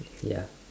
ya